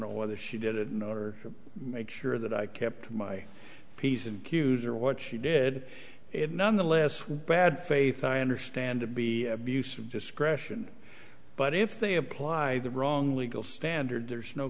know whether she did it in order to make sure that i kept my piece and queues are what she did it nonetheless was bad faith i understand to be abuse of discretion but if they apply the wrong legal standard there's no